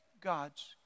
God's